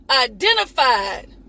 identified